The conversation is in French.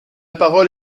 parole